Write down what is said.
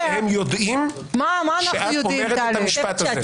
האם הם יודעים שאת אומרת את המשפט הזה?